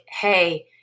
hey